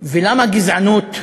ולמה גזענות,